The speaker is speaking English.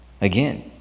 Again